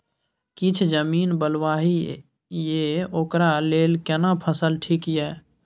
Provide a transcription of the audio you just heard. किछ जमीन बलुआही ये ओकरा लेल केना फसल ठीक ये?